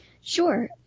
Sure